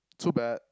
too bad